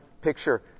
picture